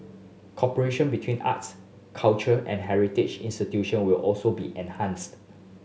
cooperation between arts culture and heritage institution will also be enhanced